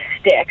stick